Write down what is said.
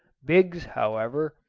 biggs, however,